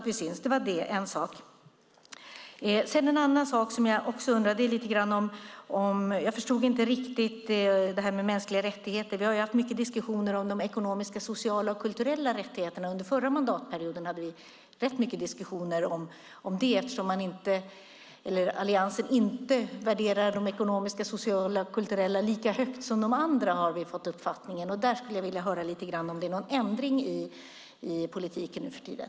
Jag undrar också över en annan sak. Jag förstod inte riktigt detta med mänskliga rättigheter. Vi har ju haft mycket diskussioner om de ekonomiska, sociala och kulturella rättigheterna. Under förra mandatperioden hade vi rätt mycket diskussioner om det. Alliansen värderar ju inte de ekonomiska, sociala och kulturella rättigheterna lika högt som de andra, har vi fått intryck av. Där skulle jag vilja höra om det är någon ändring i politiken nu för tiden.